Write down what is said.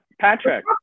Patrick